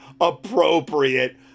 appropriate